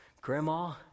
Grandma